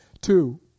Two